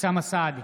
אוסאמה סעדי,